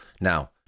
Now